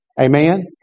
Amen